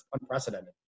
unprecedented